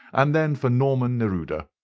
and then for norman neruda.